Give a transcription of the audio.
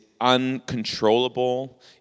uncontrollable